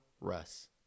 Russ